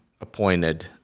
appointed –